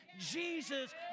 Jesus